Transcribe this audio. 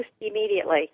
immediately